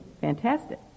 fantastic